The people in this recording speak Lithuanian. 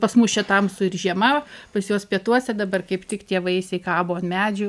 pas mus čia tamsu ir žiema pas juos pietuose dabar kaip tik tie vaisiai kabo ant medžių